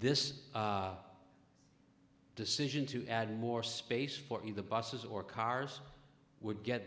this decision to add more space for in the buses or cars would get